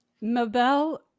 Mabel